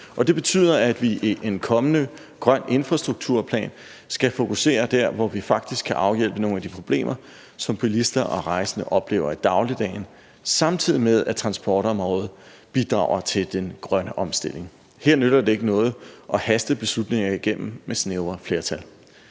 det betyder, at vi i en kommende grøn infrastrukturplan skal fokusere der, hvor vi faktisk kan afhjælpe nogle af de problemer, som bilister og rejsende oplever i dagligdagen, samtidig med at transportområdet bidrager til den grønne omstilling. Her nytter det ikke noget at haste beslutninger igennem med snævre flertal.